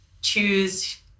choose